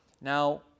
Now